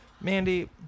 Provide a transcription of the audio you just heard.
Mandy